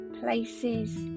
places